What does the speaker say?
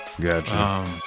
Gotcha